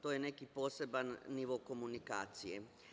To je neki poseban nivo komunikacije.